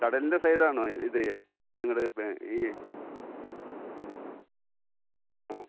കടലിൻ്റെ സൈഡാണോ ഈ ഇത് നിങ്ങളുടെ ഇപ്പോൾ ഈ ആ